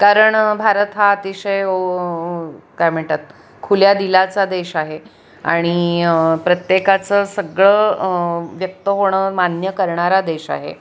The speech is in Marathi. कारण भारत हा अतिशय काय म्हणतात खुल्या दिलाचा देश आहे आणि प्रत्येकाचं सगळं व्यक्त होणं मान्य करणारा देश आहे